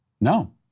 No